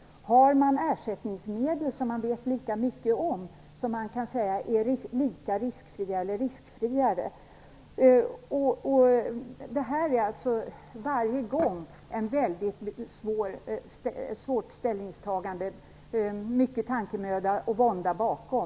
Man måste fråga sig om det finns något ersättningsmedel som man vet lika mycket om, som är lika riskfritt eller riskfriare. Det här är ett väldigt svårt ställningstagande varje gång. Det ligger mycket tankemöda och vånda bakom.